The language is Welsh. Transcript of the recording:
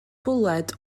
bwled